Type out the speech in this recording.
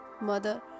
mother